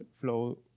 flow